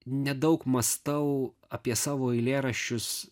nedaug mąstau apie savo eilėraščius